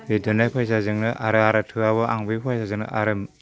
बे दोननाय फैसाजोंनो आरो आरो थोआबा आं बे फैसाजोंनो आरो